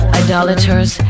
idolaters